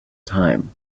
time